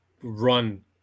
run –